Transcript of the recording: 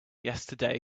yesterday